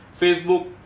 Facebook